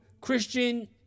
Christian